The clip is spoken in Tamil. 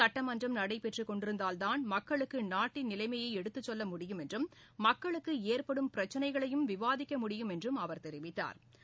சட்டமன்றம் நடைபெற்றுகொண்டிருந்தால் தான் மக்களுக்குநாட்டின் நிலைமையைஎடுத்துசொல்ல முடியும் என்றும் மக்களுக்குஏற்படும் பிரச்சினைகளையும் விவாதிக்க முடியும் என்றும் அவா் தெரிவித்தாா்